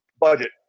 Budget